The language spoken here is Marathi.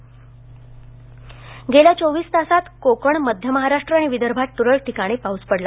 हवामान गेल्या चोविस तासांत कोकण मध्य महाराष्ट्र आणि विदर्भात तुरळक ठिकाणी मुसळधार पाऊस पडला